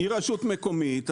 היא רשות מקומית.